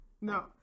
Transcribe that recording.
No